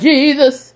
Jesus